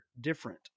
different